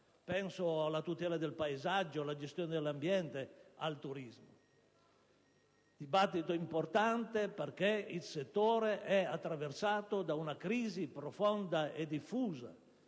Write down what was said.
Penso alla tutela del paesaggio, alla gestione dell'ambiente, al turismo. È un dibattito importante, perché il settore è attraversato da una crisi profonda e diffusa: